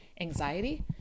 Anxiety